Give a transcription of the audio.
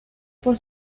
por